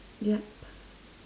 yep